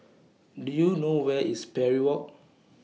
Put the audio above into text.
Do YOU know Where IS Parry Walk